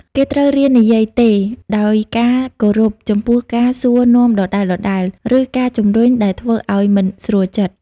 គេត្រូវរៀននិយាយ ទេ ដោយការគោរពចំពោះការសួរនាំដដែលៗ ឬការជំរុញដែលធ្វើឲ្យមិនស្រួលចិត្ត ។